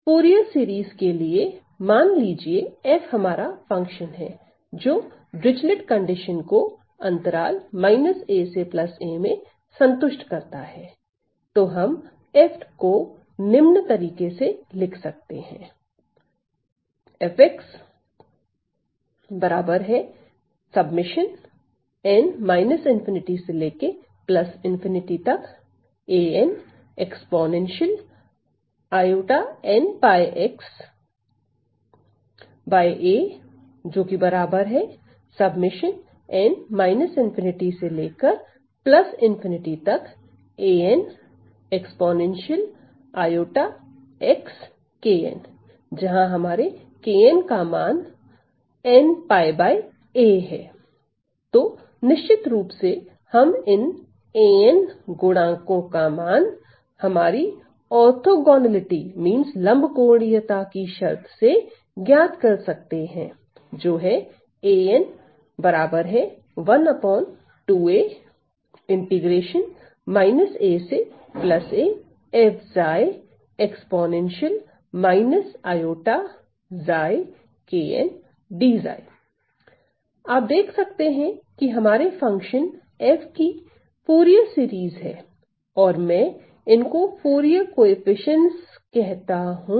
Fourier श्रेणी के लिए मान लीजिए f हमारा फंक्शन है जो डिरचलेट प्रतिबंध को अंतराल aa में संतुष्ट करता है तो हम f को निम्न तरीके से लिख सकते हैं ∞ जहां kn का मान तो निश्चित रूप से हम इन a n गुणांकों का मान हमारी लम्बकोणीयता की शर्त से ज्ञात कर सकते हैं आप देख सकते हैं कि यह हमारे फंक्शन f की फूरिये श्रेणी है और मैं इनको फूरिये गुणांक कहता हूं